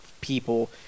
people